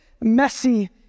messy